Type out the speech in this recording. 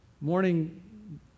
morning